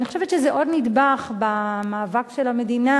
אני חושבת שזה עוד נדבך במאבק של המדינה,